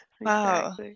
Wow